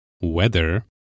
weather